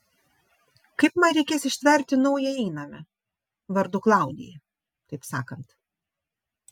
kaip man reikės ištverti naują įnamę vardu klaudija taip sakant